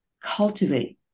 cultivate